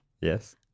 Yes